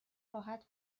راحت